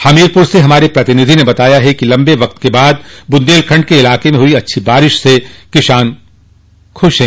हमीरपुर से हमारे प्रतिनिधि ने बताया है कि लम्बे वक्त के बाद बुन्देलखंड के इलाके में हुई अच्छी बारिश से किसान खूश है